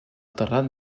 terrat